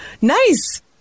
Nice